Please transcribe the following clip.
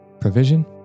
provision